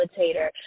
facilitator